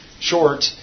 short